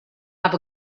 have